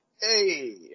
Hey